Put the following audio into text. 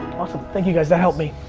awesome, thank you guys. that helped me.